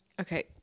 Okay